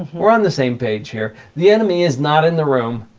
we're on the same page here. the enemy is not in the room,